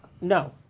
no